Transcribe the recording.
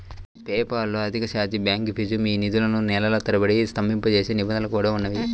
PayPal లో అధిక charge back fee, మీ నిధులను నెలల తరబడి స్తంభింపజేసే నిబంధనలు కూడా ఉన్నాయి